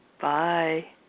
Bye